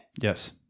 Yes